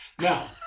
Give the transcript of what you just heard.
Now